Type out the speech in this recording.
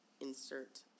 insert